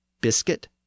biscuit